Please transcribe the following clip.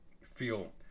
feel